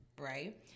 right